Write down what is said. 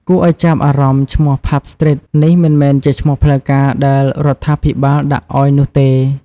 គួរឲ្យចាប់អារម្មណ៍ ឈ្មោះ "ផាប់ ស្ទ្រីត" នេះមិនមែនជាឈ្មោះផ្លូវការដែលរដ្ឋាភិបាលដាក់ឲ្យនោះទេ។